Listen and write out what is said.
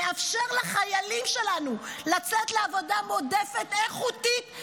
לאפשר לחיילים שלנו לצאת לעבודה מועדפת איכותית,